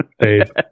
Dave